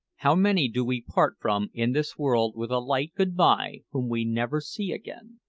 how many do we part from in this world with a light good-bye whom we never see again!